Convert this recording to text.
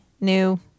new